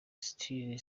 still